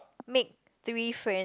make three friend